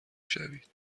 شوید